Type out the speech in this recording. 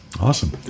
awesome